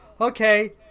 okay